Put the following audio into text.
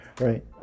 right